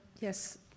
Yes